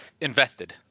invested